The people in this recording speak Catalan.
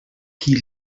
qui